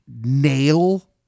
nail